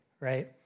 right